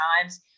times